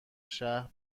شهر